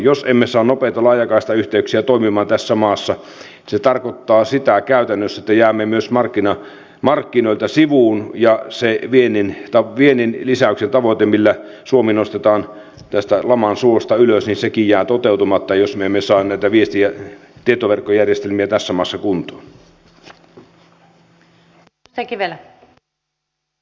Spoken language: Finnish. jos emme saa nopeita laajakaistayhteyksiä toimimaan tässä maassa se tarkoittaa käytännössä sitä että jäämme myös markkinoilta sivuun ja se viennin lisäyksen tavoitekin millä suomi nostetaan tästä laman suosta ylös jää toteutumatta jos me emme saa näitä tietoverkkojärjestelmiä tässä maassa kuntoon